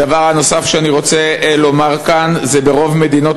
הדבר הנוסף שאני רוצה לומר כאן הוא שברוב מדינות